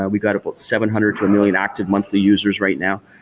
ah we got about seven hundred to a million active monthly users right now.